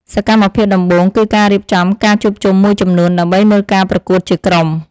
សកម្មភាពដំបូង គឺការរៀបចំការជួបជុំមួយចំនួន ដើម្បីមើលការប្រកួតជាក្រុម។